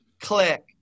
click